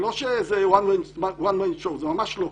זה לא one man show, ממש לא.